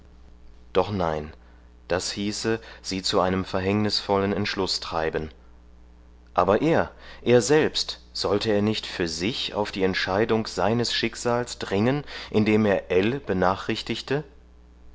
doch nein das hieße sie zu einem verhängnisvollen entschluß treiben aber er er selbst sollte er nicht für sich auf die entscheidung seines schicksals dringen indem er ell benachrichtigte